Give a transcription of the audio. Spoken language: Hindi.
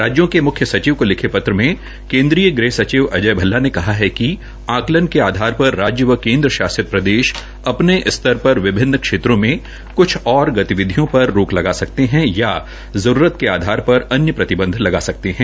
राज्यों के मुख्य सचिवों को लिखे पत्र में केन्द्रीय गृह सचिव अजय भल्ला ने कहा है कि आंकलन के आधार पर राज्य व केन्द्र शासित प्रदेश अपने स्तर पर विभिन्न क्षेत्रो में क्छ और भी गतिविधियों पर रोक लगा सकते है या जरूरत के आधार पर अन्य प्रतिबंध लगा सकते है